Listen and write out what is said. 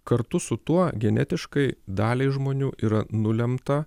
kartu su tuo genetiškai daliai žmonių yra nulemta